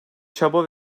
çaba